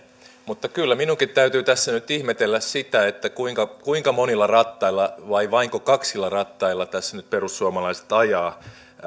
mutta kyllä minunkin täytyy tässä nyt ihmetellä sitä kuinka kuinka monilla rattailla vai vainko kaksilla rattailla tässä nyt perussuomalaiset ajaa